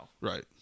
Right